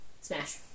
Smash